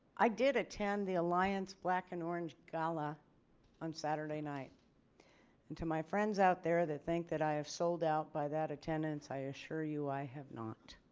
i did attend the alliance black and orange gala on saturday night and to my friends out there that think that i have sold out by that attendance i assure you i have not.